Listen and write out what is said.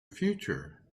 future